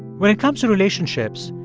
when it comes to relationships,